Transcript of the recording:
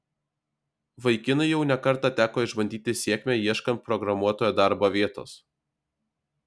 vaikinui jau ne kartą teko išbandyti sėkmę ieškant programuotojo darbo vietos